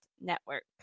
network